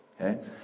okay